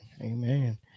Amen